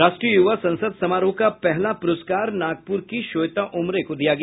राष्ट्रीय युवा संसद समारोह का पहला पुरस्कार नागपुर की श्वेता उमरे को दिया गया